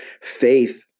Faith